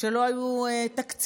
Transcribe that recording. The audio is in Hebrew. שלא היו תוכניות אסטרטגיות,